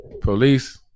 police